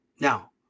Now